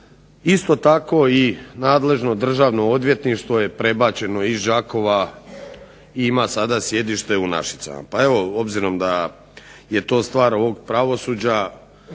Isto tako i nadležno državno odvjetništvo je prebačeno iz Đakova i ima sada sjedište u Našicama. Evo, obzirom da je to stvar ovog pravosuđa